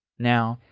now,